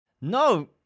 No